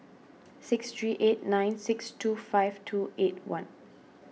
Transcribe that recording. six three eight nine six two five two eight one